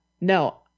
No